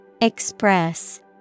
Express